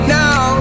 now